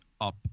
up